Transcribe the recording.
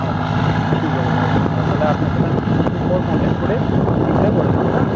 আচ্ছা আচ্ছা ঠিক আছে দাদা ধন্যবাদ তাহলে আপনার সাথে আমি কিছু দিন পর কন্ট্যাক্ট করে বুকিংটা করে নেবো হ্যাঁ